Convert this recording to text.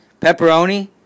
Pepperoni